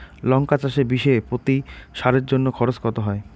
লঙ্কা চাষে বিষে প্রতি সারের জন্য খরচ কত হয়?